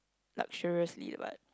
luxuriously but